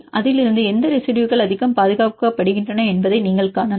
அதிலிருந்து எந்த ரெசிடுயுகள் அதிகம் பாதுகாக்கப் படுகின்றன என்பதை நீங்கள் காணலாம்